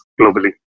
globally